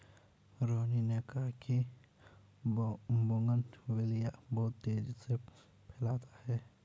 रोहिनी ने कहा कि बोगनवेलिया बहुत तेजी से फैलता है